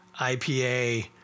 IPA